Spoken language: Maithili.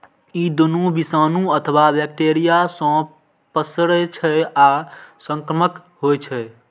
ई दुनू विषाणु अथवा बैक्टेरिया सं पसरै छै आ संक्रामक होइ छै